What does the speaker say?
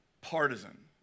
partisan